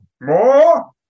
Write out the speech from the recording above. More